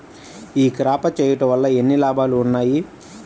ఈ క్రాప చేయుట వల్ల ఎన్ని లాభాలు ఉన్నాయి?